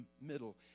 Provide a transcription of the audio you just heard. middle